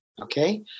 Okay